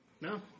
No